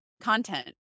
content